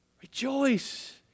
Rejoice